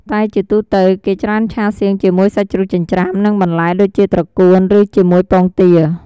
តែជាទូទៅ គេច្រើនឆាសៀងជាមួយសាច់ជ្រូកចិញ្ច្រាំ និងបន្លែដូចជា ត្រកួន ឬជាមួយពងទា។